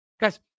Guys